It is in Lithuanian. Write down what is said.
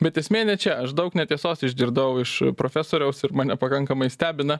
bet esmė ne čia aš daug netiesos išgirdau iš profesoriaus ir mane pakankamai stebina